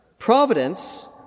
Providence